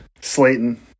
Slayton